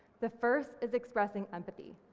the first is expressing empathy,